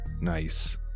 Nice